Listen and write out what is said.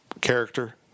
character